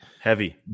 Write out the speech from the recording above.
Heavy